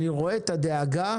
אני רואה את הדאגה,